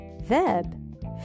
verb